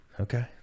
Okay